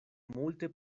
multe